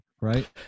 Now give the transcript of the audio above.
right